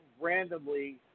randomly